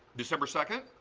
december second,